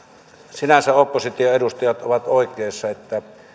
sinänsä opposition edustajat ovat oikeassa että